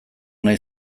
nahi